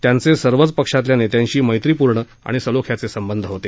त्यांचे सर्वच पक्षातल्या नेत्यांशी मैत्रीपूर्ण आणि सलोख्याचे संबंध होते